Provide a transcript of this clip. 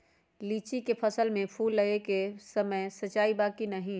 लीची के फसल में फूल लगे के समय सिंचाई बा कि नही?